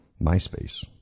MySpace